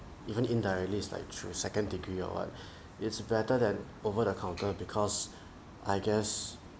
even indirectly its like through second degree or what it's better than over the counter because I guess